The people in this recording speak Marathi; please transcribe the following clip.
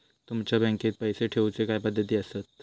तुमच्या बँकेत पैसे ठेऊचे काय पद्धती आसत?